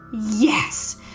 Yes